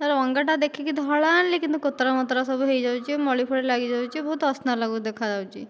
ତା'ର ରଙ୍ଗଟା ଦେଖିକି ଧଳା ଆଣିଲି କିନ୍ତୁ କୋତରା ମୋତରା ହୋଇଯାଇଛି ମଳି ଫଳି ଲାଗି ଯାଉଛି ବହୁତ ଅସନା ଲାଗୁ ଦେଖା ଯାଉଛି